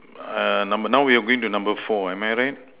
err number now we are going to number four am I right